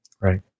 Right